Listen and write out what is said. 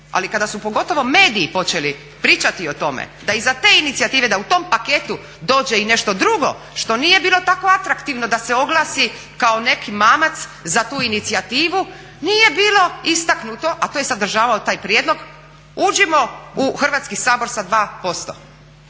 ali kada su pogotovo mediji počeli pričati o tome da iza te inicijative, da u tom paketu dođe i nešto drugo što nije bilo tako atraktivno da se oglasi kako neki mamac za tu inicijativu, nije bilo istaknuto, a to je sadržavao taj prijedlog uđimo u Hrvatski sabor sa 2%.